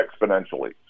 exponentially